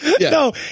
No